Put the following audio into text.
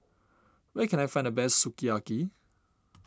where can I find the best Sukiyaki